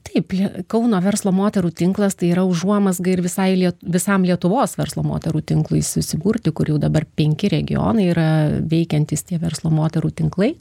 taip lie kauno verslo moterų tinklas tai yra užuomazga ir visai lie visam lietuvos verslo moterų tinklui susiburti kur jau dabar penki regionai yra veikiantys tie verslo moterų tinklai